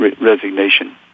resignation